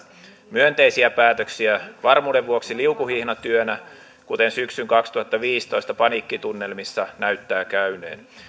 myönteisiä päätöksiä varmuuden vuoksi liukuhihnatyönä kuten syksyn kaksituhattaviisitoista paniikkitunnelmissa näyttää käyneen